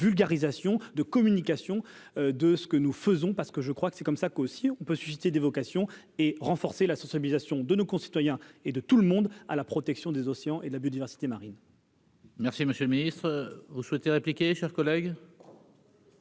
de vulgarisation de communication de ce que nous faisons parce que je crois que c'est comme ça qu'aussi on peut susciter des vocations et renforcer la sensibilisation de nos concitoyens et de tout le monde à la protection des océans et la biodiversité marine. Merci, Monsieur le Ministre, vous souhaitez répliquer chers collègues.